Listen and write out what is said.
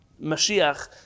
Mashiach